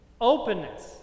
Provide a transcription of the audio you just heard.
Openness